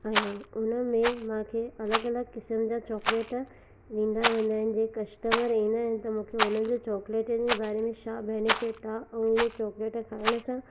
आहियां हुन में मांखे अलॻि अलॻि क़िस्म जा चॉकलेट ॾींदा वेंदा आहिनि जंहिं कस्टमर ईंदा आहिनि त मूंखे हुनजो चॉकलेटनि जे बारे में छा बेनिफिट आहे ऐं इहा चॉकलेट खाइण सां